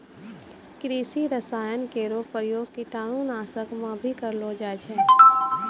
कृषि रसायन केरो प्रयोग कीटाणु नाशक म भी करलो जाय छै